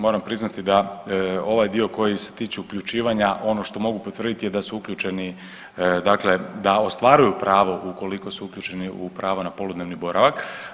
Moram priznati da ovaj dio koji se tiče uključivanja ono što mogu potvrditi je da su uključeni, da ostvaruju pravo ukoliko su uključeni na pravo na poludnevni boravak.